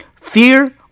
Fear